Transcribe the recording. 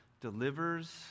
delivers